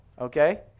okay